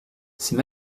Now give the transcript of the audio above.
c’est